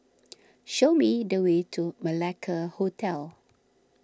show me the way to Malacca Hotel